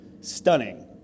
stunning